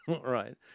right